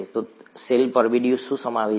તો સેલ પરબિડીયું શું સમાવે છે